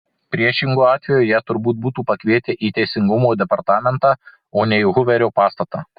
priešingu atveju ją turbūt būtų pakvietę į teisingumo departamentą o ne į huverio pastatą